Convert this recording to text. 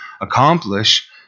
accomplish